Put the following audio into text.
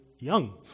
young